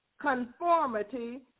conformity